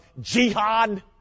jihad